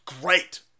Great